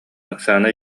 оксана